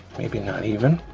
maybe not even,